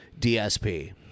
DSP